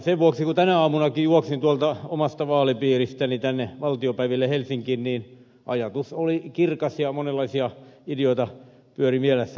sen vuoksi kun tänä aamunakin juoksin tuolta omasta vaalipiiristäni tänne valtiopäiville helsinkiin niin ajatus oli kirkas ja monenlaisia ideoita pyöri mielessä